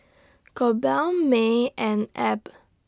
Colby May and Abb